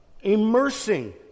immersing